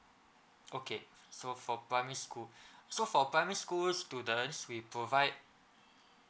okay so for primary school so for primary school students we provide